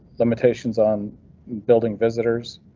limitations on building visitors.